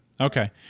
Okay